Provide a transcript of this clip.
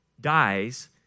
dies